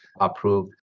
approved